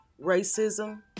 racism